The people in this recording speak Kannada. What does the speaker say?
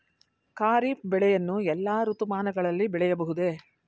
ಖಾರಿಫ್ ಬೆಳೆಯನ್ನು ಎಲ್ಲಾ ಋತುಮಾನಗಳಲ್ಲಿ ಬೆಳೆಯಬಹುದೇ?